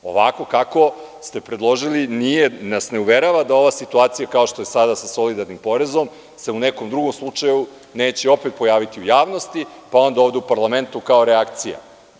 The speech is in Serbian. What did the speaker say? Ovako kako ste predložili, nas ne uverava da se ova situacija kao što je sada sa solidarnim porezom se u nekom drugom slučaju neće opet pojaviti u javnosti, pa onda ovde u parlamentu kao reakcija.